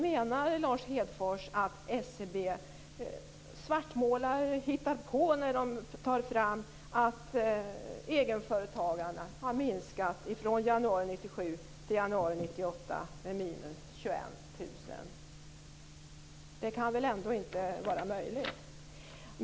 Menar Lars Hedfors att SCB svartmålar och hittar på när man tar fram siffror på att egenföretagarna under samma period har minskat med 21 000? Det kan väl ändå inte vara möjligt.